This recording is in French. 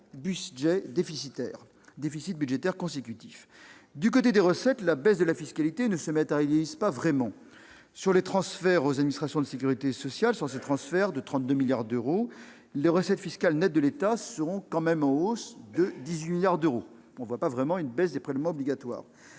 Du côté des recettes, la baisse de la fiscalité ne se matérialise pas vraiment. Sans le transfert aux administrations de sécurité sociale de 32 milliards d'euros, les recettes fiscales nettes de l'État seraient même en hausse de 18 milliards d'euros. On ne voit pas vraiment de baisse des prélèvements obligatoires.